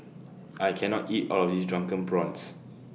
I Can not eat All of This Drunken Prawns